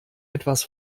etwas